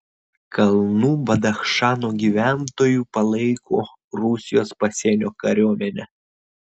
kalnų badachšano gyventojų palaiko rusijos pasienio kariuomenę